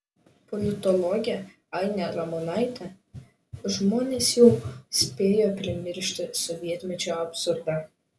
politologė ainė ramonaitė žmonės jau spėjo primiršti sovietmečio absurdą